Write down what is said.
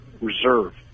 reserve